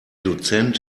dozent